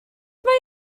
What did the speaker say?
mae